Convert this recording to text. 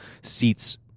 Seats